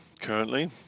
currently